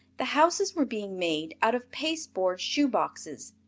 the houses were being made out of pasteboard shoe boxes,